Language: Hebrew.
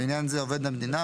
לעניין זה "עובד המדינה",